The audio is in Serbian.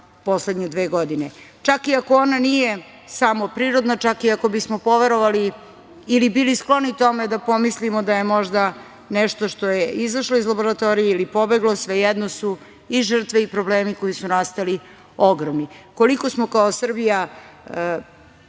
poslednje dve godine, čak i ako ona nije samo prirodna, čak i ako bismo poverovali ili bili skloni da pomislimo da je to nešto što je izašlo iz laboratorije ili pobeglo, svejedno, su žrtve i problemi koji su nastali ogromni. Koliko smo kao Srbija